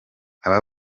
aba